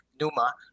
numa